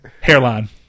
Hairline